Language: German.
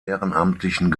ehrenamtlichen